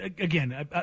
again